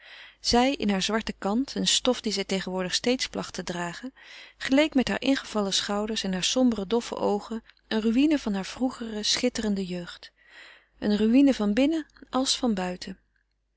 zij in hare zwarte kant eene stof die zij tegenwoordig steeds placht te dragen geleek met hare ingevallen schouders en hare sombere doffe oogen een ruïne van hare vroegere schitterende jeugd een ruïne van binnen als van buiten